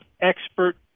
expert